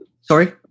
Sorry